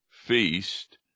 feast